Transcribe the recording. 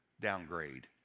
downgrade